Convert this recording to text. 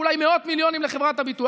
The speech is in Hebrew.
אולי מאות מיליונים לחברת הביטוח.